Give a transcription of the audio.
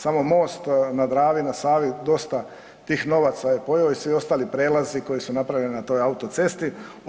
Samo most na Dravi na Savi dosta tih novaca je pojeo i svi ostali prelazi koji su napravljeni na toj autocesti.